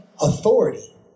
authority